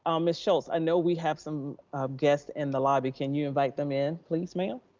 um ms. schulz, i know we have some guests in the lobby. can you invite them in please ma'am?